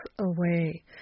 away